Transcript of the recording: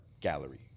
gallery